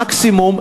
מקסימום,